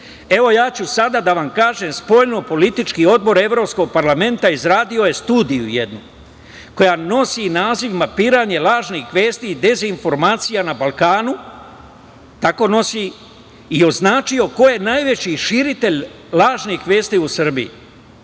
Srbije? Ja ću sada da vam kažem. Spoljnopolitički odbor Evropskog parlamenta je izradio studiju jednu koja nosi naziv "Mapiranje lažnih vesti i dezinformacija na Balkanu" i označio ko je najveći širitelj lažnih vesti u Srbiji.